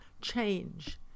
change